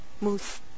moose